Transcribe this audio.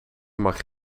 mag